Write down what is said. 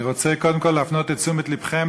אני רוצה קודם כול להפנות את תשומת לבכם